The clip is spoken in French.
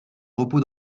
repos